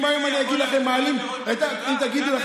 אם היום יגידו לכם שמעלים את הקנסות